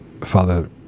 Father